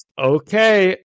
Okay